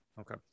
okay